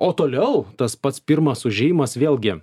o toliau tas pats pirmas užėjimas vėlgi